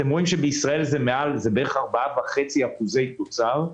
בישראל זה בערך 4.5% תוצר.